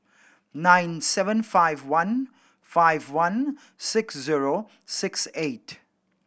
nine seven five one five one six zero six eight